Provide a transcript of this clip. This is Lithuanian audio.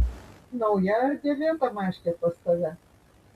nauja ar dėvėta maškė pas tave